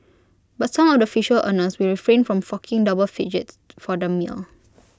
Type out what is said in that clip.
but some of the visual earners will refrain from forking double digits for the meal